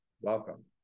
Welcome